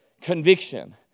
Conviction